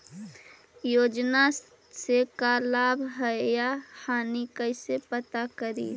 योजना से का लाभ है या हानि कैसे पता करी?